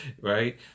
Right